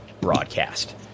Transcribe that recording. broadcast